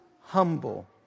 humble